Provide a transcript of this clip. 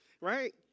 Right